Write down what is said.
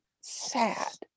sad